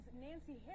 Nancy